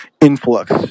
influx